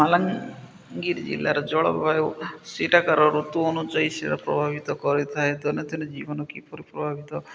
ମାଲକାନଗିରି ଜିଲ୍ଲାର ଜଳବାୟୁ ସେଟାକାର ଋତୁ ଅନୁଯାୟୀ ସେଇଟା ପ୍ରଭାବିତ କରିଥାଏ ଦୈନନ୍ଦିନ ଜୀବନ କିପରି ପ୍ରଭାବିତ